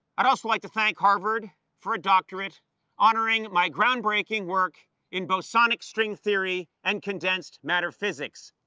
i'd also like to thank harvard for a doctorate honoring my groundbreaking work in both sonic string theory and condensed matter physics.